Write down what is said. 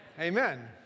Amen